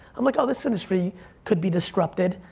i'm like oh, this industry could be disrupted.